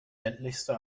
ländlichste